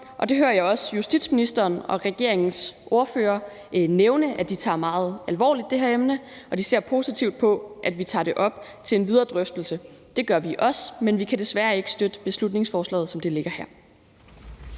jeg hører også justitsministeren og regeringsordførere nævne, at de tager det her emne meget alvorligt, og at de ser positivt på, at vi tager det op til en videre drøftelse. Det gør vi også, men vi kan desværre ikke støtte beslutningsforslaget, som det ligger her.